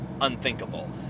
unthinkable